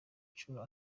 inshuro